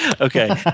Okay